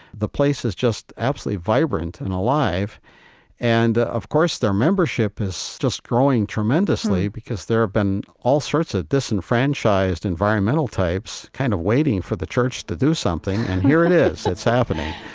the place is just absolutely vibrant and alive and, of course, their membership is just growing tremendously because there have been all sorts of disenfranchised environmental types kind of waiting for the church to do something, and here it is. it's happening.